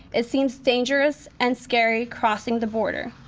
it seems dangerous and scary crossing the border.